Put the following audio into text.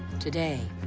today,